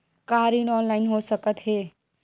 का ऋण ऑनलाइन हो सकत हे?